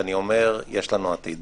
ואני אומר: יש לנו עתיד,